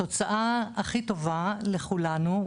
התוצאה הכי טובה לכולנו,